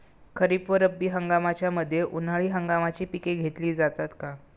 खरीप व रब्बी हंगामाच्या मध्ये उन्हाळी हंगामाची पिके घेतली जातात का?